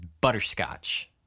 Butterscotch